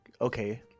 okay